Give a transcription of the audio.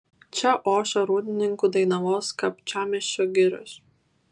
čia ošia rūdninkų dainavos kapčiamiesčio girios